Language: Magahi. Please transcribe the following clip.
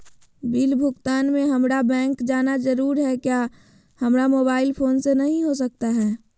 बिल भुगतान में हम्मारा बैंक जाना जरूर है क्या हमारा मोबाइल फोन से नहीं हो सकता है?